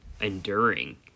enduring